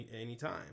anytime